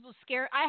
scare